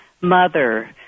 Mother